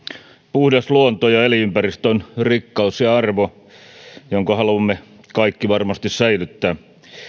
puhdas luonto ja elinympäristö on rikkaus ja arvo jonka haluamme kaikki varmasti säilyttää